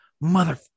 mother